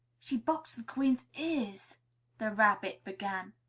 she boxed the queen's ears the rabbit began.